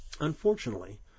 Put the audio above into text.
unfortunately